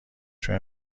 چون